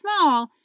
small